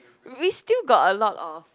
we still got a lot of